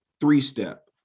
three-step